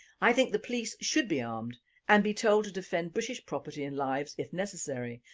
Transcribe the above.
i think the police should be armed and be told to defend british property and lives if necessary,